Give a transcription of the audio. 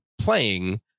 playing